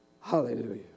Hallelujah